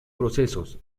procesos